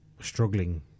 struggling